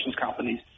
companies